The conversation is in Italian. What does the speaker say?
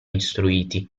istruiti